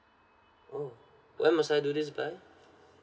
oh when must I do this by